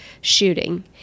shooting